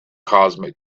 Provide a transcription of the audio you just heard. cosmic